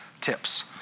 tips